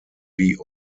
wie